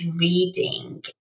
reading